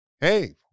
hey